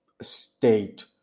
state